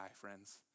friends